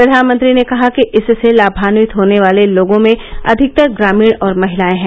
प्रधानमंत्री ने कहा कि इससे लामान्वित होने वाले लोगों में अधिकतर ग्रामीण और महिलाएं हैं